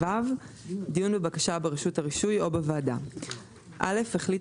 דיון בבקשה ברשות הרישוי או בוועדה 26ו. (א)החליט